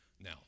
Now